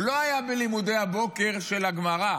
הוא לא היה בלימודי הבוקר של הגמרא,